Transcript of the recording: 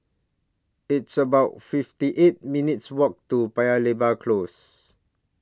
It's about fifty eight minutes' Walk to Paya Lebar Close